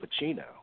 Pacino